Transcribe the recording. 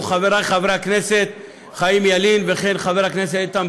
חברי חברי הכנסת חיים ילין ואיתן ברושי,